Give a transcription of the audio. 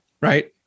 right